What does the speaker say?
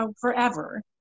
forever